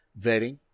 vetting